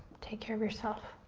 take care of yourself.